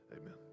Amen